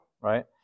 right